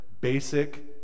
basic